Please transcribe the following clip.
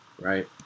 right